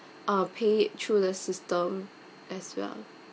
uh pay it through the system as well